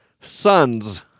sons